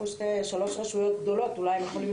יש לך פה שלוש רשויות גדולות,